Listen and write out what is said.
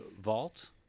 vault